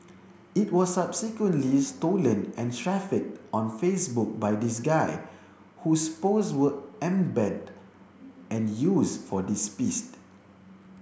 it was subsequently stolen and trafficked on Facebook by this guy whose post were embedded and used for this piece